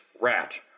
rat